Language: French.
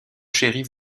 shérif